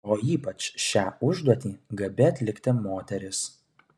o ypač šią užduotį gabi atlikti moteris